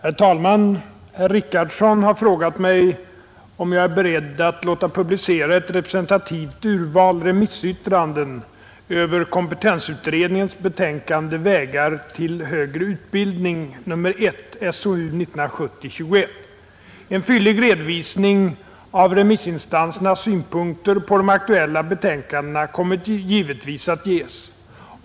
Herr talman! Herr Richardson har frågat mig, om jag är beredd att låta publicera ett representativt urval remissyttranden över kompetensutredningens betänkande ”Vägar till högre utbildning I” . En fyllig redovisning av remissinstansernas synpunkter på de aktuella betänkandena kommer givetvis att ges.